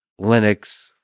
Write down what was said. Linux